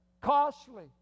costly